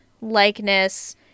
likeness